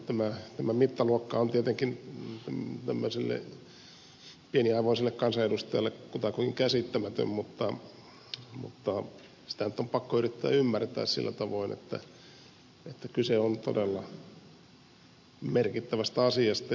tämä mittaluokka on tietenkin tämmöiselle pieniaivoiselle kansanedustajalle kutakuinkin käsittämätön mutta sitä nyt on pakko yrittää ymmärtää sillä tavoin että kyse on todella merkittävästä asiasta